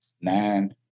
nine